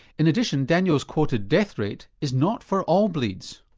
in addition daniel's quoted death rate is not for all bleeds,